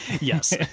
Yes